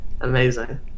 Amazing